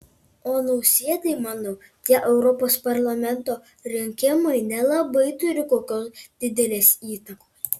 o nausėdai manau tie europos parlamento rinkimai nelabai turi kokios didelės įtakos